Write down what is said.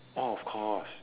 oh of course